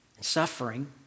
Suffering